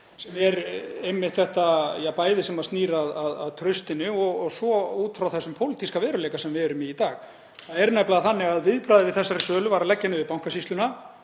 sem er einmitt þetta, bæði sem snýr að traustinu og svo út frá þeim pólitíska veruleika sem við erum í í dag. Það er nefnilega þannig að viðbragðið við þessari sölu var að leggja niður Bankasýsluna